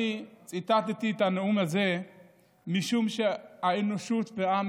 אני ציטטתי את הנאום הזה משום שהאנושות והעם